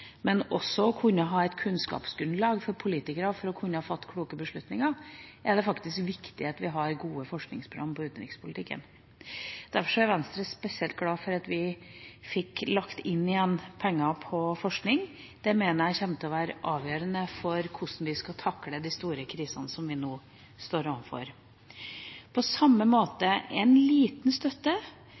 et kunnskapsgrunnlag for politikerne for å fatte kloke beslutninger – er det faktisk viktig at vi har gode forskningsprogram på utenrikspolitikken. Derfor er Venstre spesielt glad for at vi fikk lagt inn igjen penger til forskning. Det mener jeg kommer til å være avgjørende for hvordan vi skal takle de store krisene som vi nå står overfor. På samme måte, en liten støtte,